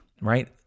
right